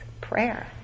prayer